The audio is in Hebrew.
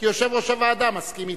כי יושב-ראש הוועדה מסכים אתך.